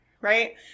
right